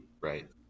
Right